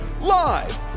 live